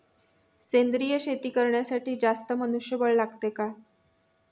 सेंद्रिय शेती करण्यासाठी जास्त मनुष्यबळ लागते का?